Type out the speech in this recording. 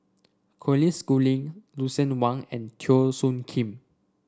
Colin Schooling Lucien Wang and Teo Soon Kim